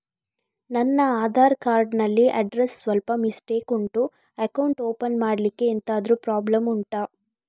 ನನ್ನ ಆಧಾರ್ ಕಾರ್ಡ್ ಅಲ್ಲಿ ಅಡ್ರೆಸ್ ಸ್ವಲ್ಪ ಮಿಸ್ಟೇಕ್ ಉಂಟು ಅಕೌಂಟ್ ಓಪನ್ ಮಾಡ್ಲಿಕ್ಕೆ ಎಂತಾದ್ರು ಪ್ರಾಬ್ಲಮ್ ಉಂಟಾ